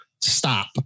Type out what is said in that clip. stop